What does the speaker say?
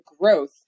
growth